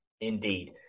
Indeed